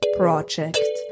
project